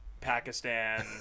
Pakistan